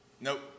Nope